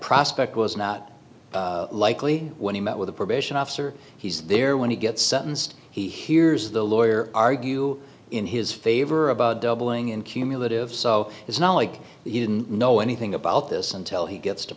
prospect was not likely when he met with the probation officer he's there when he gets sentenced he hears the lawyer argue in his favor about doubling in cumulative so it's not like he didn't know anything about this until he gets to